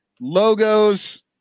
logos